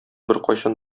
беркайчан